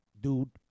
dude